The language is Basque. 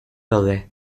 daude